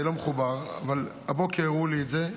אני לא מחובר אבל במקרה הבוקר הראו לי את זה,